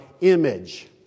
image